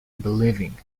believing